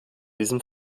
diesem